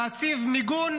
להציב מיגון